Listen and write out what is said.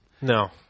No